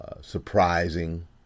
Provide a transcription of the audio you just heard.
surprising